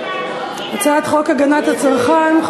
הצעת חוק הגנת הצרכן (תיקון,